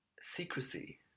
secrecy